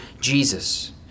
Jesus